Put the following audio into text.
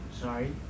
Sorry